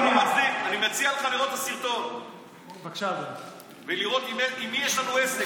אני מציע לך לראות את הסרטון ולראות עם מי שיש לנו עסק.